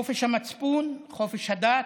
חופש המצפון, חופש הדת,